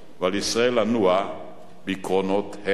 ועל ישראל לנוע בקרונות העתיד.